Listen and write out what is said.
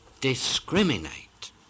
discriminate